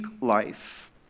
life